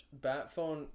Batphone